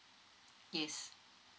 yes